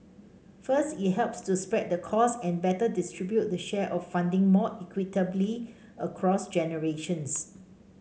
first it helps to spread the costs and better distribute the share of funding more equitably across generations